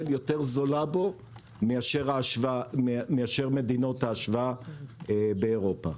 יותר זולה בו ממדינות ההשוואה באירופה.